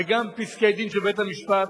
וגם פסקי-דין של בית-המשפט,